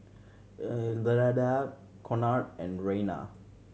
Ilda Conard and Reina